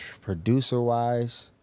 Producer-wise